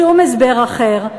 שום הסבר אחר,